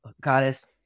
goddess